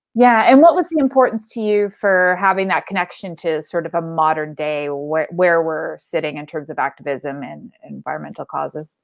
yeah, and what was the importance to you for having that connection to sort of a modern day where where we're sitting in terms of activism and environmental causes?